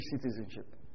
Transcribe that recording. citizenship